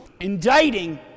indicting